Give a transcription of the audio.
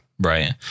Right